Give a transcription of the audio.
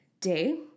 day